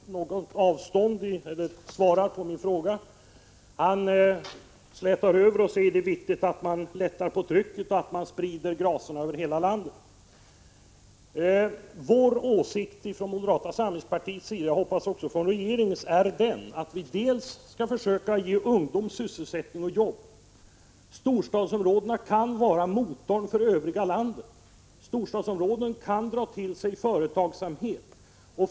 Herr talman! Jag noterar att statsrådet inte svarar på min fråga. Han slätar över och säger att det är viktigt att lätta på trycket och sprida gracerna över hela landet. Vår åsikt från moderata samlingspartiets sida — jag hoppas att den också är regeringens — är att vi skall försöka ge ungdomarna sysselsättning och jobb. Storstadsområdena kan vara motorn för övriga landet. Storstadsområdena kan dra till sig företagsamhet.